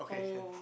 oh